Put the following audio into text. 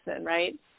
right